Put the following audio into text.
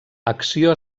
acció